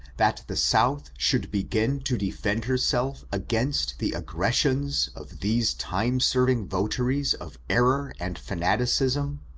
that the south should begin to defend herself against the aggressions of these time-serving votaries of error and fanaticism,